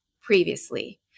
previously